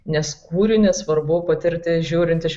nes kūrinį svarbu patirti žiūrint iš